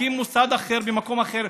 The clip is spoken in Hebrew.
להקים מוסד אחר במקום אחר,